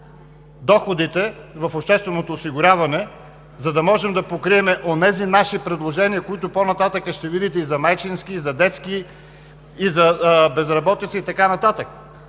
доходите в общественото осигуряване, за да можем да покрием онези наши предложения, които по-нататък ще видите и за майчински, и за детски, и за безработица, и така нататък,